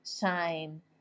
shine